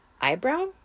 eyebrow